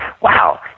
Wow